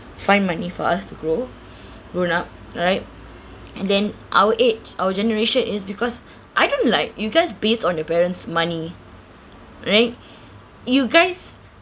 find money for us to grow grown up alright and then our age our generation is because I don't like you guys based on your parents' money alright you guys